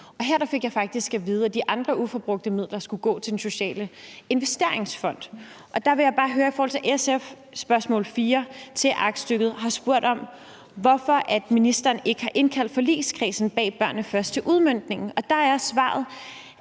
jeg faktisk at vide, at de andre uforbrugte midler skulle gå til Den Sociale Investeringsfond. Det andet, jeg vil jeg høre om, er i forhold til SF's spørgsmål 4 til aktstykket om, hvorfor ministeren ikke har indkaldt forligskredsen bag »Børnene Først« til udmøntningen. Der er svaret,